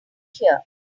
here